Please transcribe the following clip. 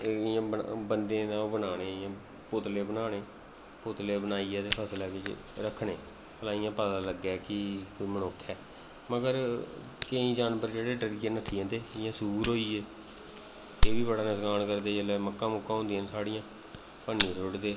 एह् इ'यां बंदें दा ओह् बनाने इ'यां पुतले बनाने पुतले बनाइयै ते फसलें च रक्खने थोह्ड़ा इ'यां पता लग्गै कि कोई मनुक्ख ऐ मगर केईं जानवर जेह्ड़े डरियै नस्सी जंदे जि'यां सूऽर होई गे एह् बी बड़ा नुक्सान करदे जेल्लै मक्कां मुक्कां होंदियां साढ़ियां भन्नी ओड़दे